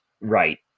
Right